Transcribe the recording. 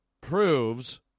proves